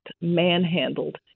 manhandled